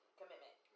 commitment